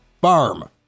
Farm